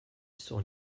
sur